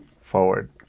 forward